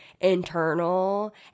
internal